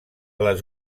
les